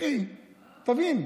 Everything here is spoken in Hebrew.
אחי, תבין,